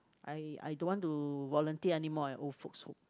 I I don't want to volunteer anymore at old folks home